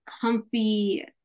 comfy